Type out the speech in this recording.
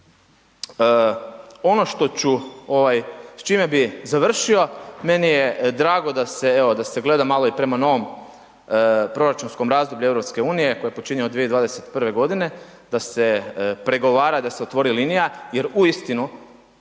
Ono što s čime bi završio, meni je drago da se evo gleda i prema novom proračunskom razdoblju EU-a koje počinje od 2021. g., da se pregovara i da se otvori linija jer uistinu